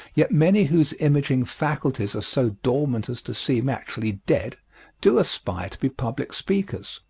yet many whose imaging faculties are so dormant as to seem actually dead do aspire to be public speakers.